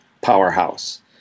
powerhouse